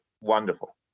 wonderful